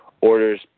orders